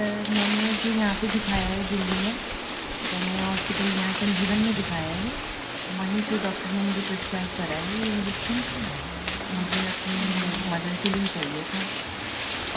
سر میں نے جو یہاں پہ دکھایا ہے دلّی میں میں نے ہاسپٹل یہاں سنجیون میں دکھایا ہے تو وہیں کے ڈاکٹر نے مجھے پرسکرائب کرا ہے یہ انجیکشن مجھے اپنی مدر کے لیے چاہیے تھا